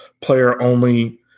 player-only